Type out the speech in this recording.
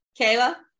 kayla